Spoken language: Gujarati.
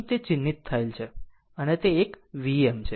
અહીં તે ચિહ્નિત થયેલ છે અને તે એકVm છે